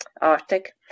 Arctic